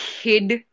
hid